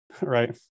right